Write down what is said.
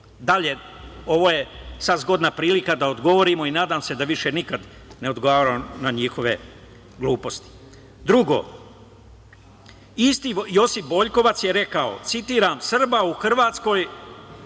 li je, ovo je sada zgodna prilika da odgovorimo i nadam se da više nikada ne odgovaramo na njihove gluposti. Drugo, isti Josip Boljkovac je rekao, citiram – Srbe u Hrvatskoj,